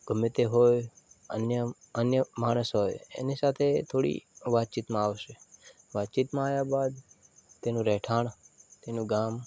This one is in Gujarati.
ગમે તે હોય અન્ય અન્ય માણસ હોય એની સાથે થોડી વાતચીતમાં આવશે વાતચીતમાં આવ્યા બાદ તેનું રહેઠાણ તેનું ગામ